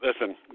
listen